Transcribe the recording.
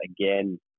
again